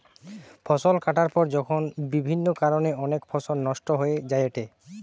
ফসল কাটার পর যখন বিভিন্ন কারণে অনেক ফসল নষ্ট হয়ে যায়েটে